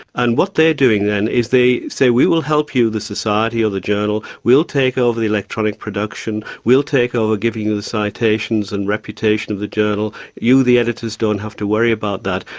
and what they are doing then is they say we will help you, the society or the journal, we'll take over the electronic production, we'll take over giving you the citations and reputation of the journal, you the editors don't have to worry about that.